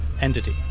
entity